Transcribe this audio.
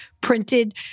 printed